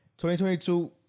2022